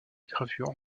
gravures